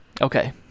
Okay